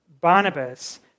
Barnabas